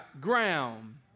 ground